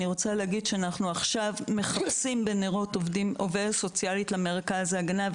אני רוצה להגיד שאנחנו עכשיו מחפשים בנרות עובדת סוציאלית למרכז ההגנה.